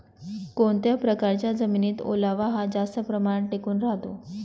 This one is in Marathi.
कोणत्या प्रकारच्या जमिनीत ओलावा हा जास्त प्रमाणात टिकून राहतो?